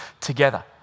together